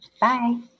Bye